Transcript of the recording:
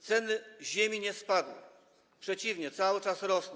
Ceny ziemi nie spadły, przeciwnie, cały czas rosną.